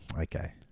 okay